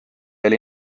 oli